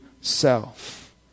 self